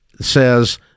says